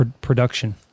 production